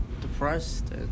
Depressed